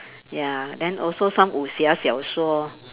ya then also some 武侠小说